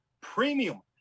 premium